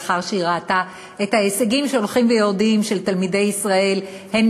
לאחר שהיא ראתה שההישגים של תלמידי ישראל הולכים ויורדים,